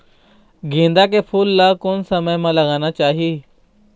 गेंदा के फूल ला कोन समय मा लगाना चाही?